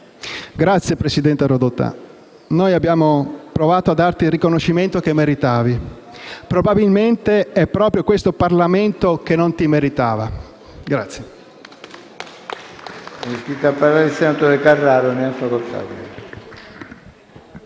Grazie presidente Rodotà, noi abbiamo provato a darti il riconoscimento che meritavi, e probabilmente è proprio questo Parlamento che non ti meritava.